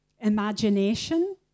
imagination